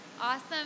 Awesome